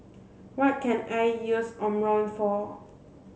what can I use Omron for